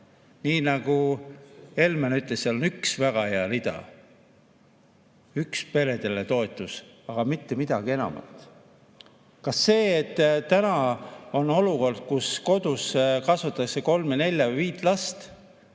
Nii nagu Helmen ütles, seal on üks väga hea rida, peredele toetus, aga mitte midagi enamat. Kas see, et täna on olukord, kus kodus kasvatatakse kolme, nelja või viit last